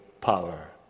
power